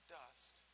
dust